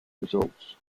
results